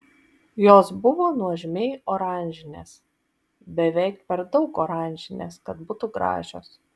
jos buvo nuožmiai oranžinės beveik per daug oranžinės kad būtų gražios